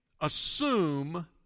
assume